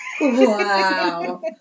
Wow